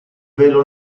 velo